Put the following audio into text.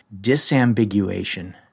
disambiguation